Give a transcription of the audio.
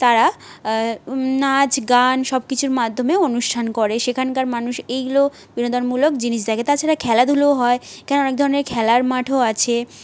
তারা নাচ গান সবকিছুর মাধ্যমে অনুষ্ঠান করে সেখানকার মানুষ এইগুলো বিনোদনমূলক জিনিস দেখে তাছাড়া খেলাধুলোও হয় এখানে অনেক ধরনের খেলার মাঠও আছে